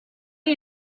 you